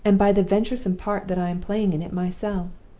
and by the venturesome part that i am playing in it myself.